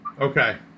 Okay